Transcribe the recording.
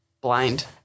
blind